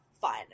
fun